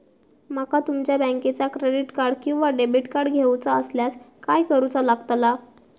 माका तुमच्या बँकेचा क्रेडिट कार्ड किंवा डेबिट कार्ड घेऊचा असल्यास काय करूचा लागताला?